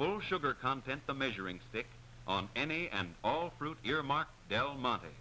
full sugar content the measuring stick on any and all fruit earmarks delmonte